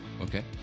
Okay